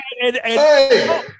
hey